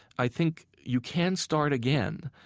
i think you can start again.